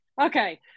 Okay